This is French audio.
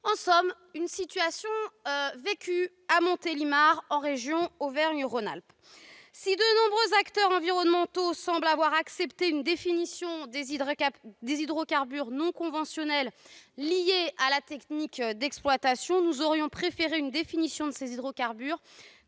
C'est la situation vécue à Montélimar, en région Auvergne-Rhône-Alpes. Si de nombreux acteurs environnementaux semblent avoir accepté une définition des hydrocarbures non conventionnels liée à la technique d'exploitation, nous aurions préféré une définition directe de ces hydrocarbures,